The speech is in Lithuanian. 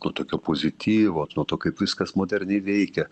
nuo tokio pozityvo nuo to kaip viskas moderniai veikia